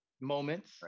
moments